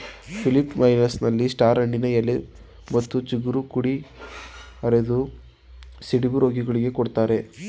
ಫಿಲಿಪ್ಪೈನ್ಸ್ನಲ್ಲಿ star ಹಣ್ಣಿನ ಎಲೆ ಮತ್ತು ಚಿಗುರು ಕುಡಿ ಅರೆದು ಸಿಡುಬು ರೋಗಿಗಳಿಗೆ ಕೊಡ್ತಾರೆ